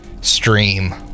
stream